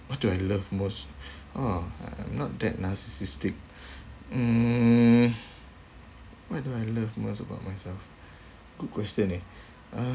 what do I love most ah I'm not that narcissistic mm what do I love most about myself good question eh uh